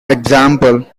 example